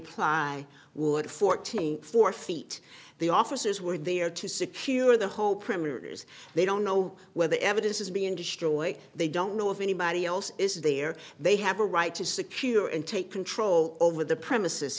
ply wood fourteen four feet the officers were there to secure the hope printers they don't know where the evidence is being destroyed they don't know if anybody else is there they have a right to secure and take control over the premises